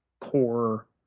core